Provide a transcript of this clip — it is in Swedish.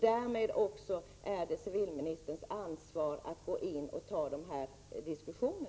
Därmed är det också civilministerns ansvar att gå in och ta dessa diskussioner.